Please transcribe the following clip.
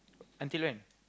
until when